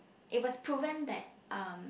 it was proven that um